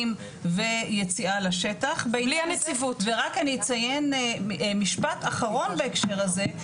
ויציאה לשטח ורק אני אציין משפט אחרון בהקשר הזה,